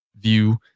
view